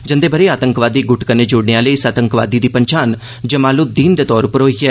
जंद ब'र आतंकवादी ग्र्ट कन्नै ज्इन आहल इस आतंकवादी दी पन्छान जमाल उद दीन द तौर पर होई ऐ